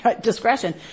discretion